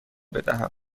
بدم